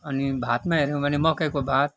अनि भातमा हेऱ्यौँ भने मकैको भात